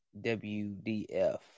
WDF